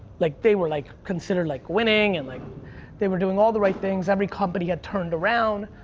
like they were like considered like winning and like they were doing all the right things. every company had turned around.